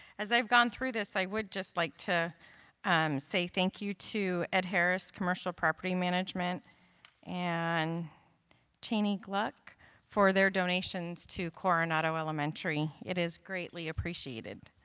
as i've gone through this i would just like to um say thank you to ed harris commercial property management an chanie gluck for their donations to coronado elementary it is greatly appreciated